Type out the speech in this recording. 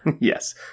Yes